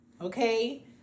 Okay